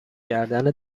کردن